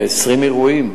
20 אירועים.